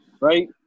right